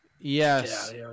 Yes